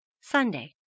SUNDAY